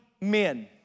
men